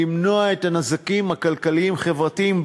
למנוע את הנזקים הכלכליים-חברתיים.